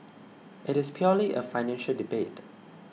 it is purely a financial debate